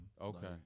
Okay